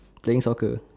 playing soccer